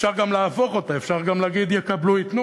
אפשר גם להפוך אותה, אפשר גם להגיד: יקבלו, ייתנו.